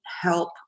help